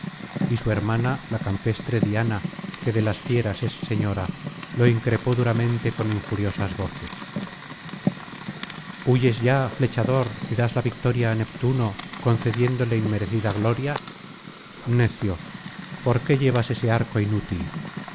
y su hermana la campestre diana que de las fieras es señora lo increpó duramente con injuriosas voces huyes ya flechador y das la victoria á neptuno concediéndole inmerecida gloria necio por qué llevas ese arco inútil